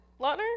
Lautner